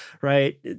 right